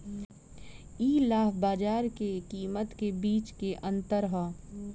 इ लाभ बाजार के कीमत के बीच के अंतर ह